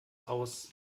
aus